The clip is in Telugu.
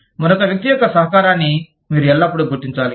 మరొక వ్యక్తి యొక్క సహకారాన్ని మీరు ఎల్లప్పుడూ గుర్తించాలి